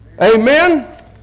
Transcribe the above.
Amen